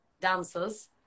dancers